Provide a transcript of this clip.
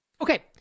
Okay